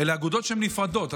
אלה אגודות נפרדות.